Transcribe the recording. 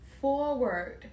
forward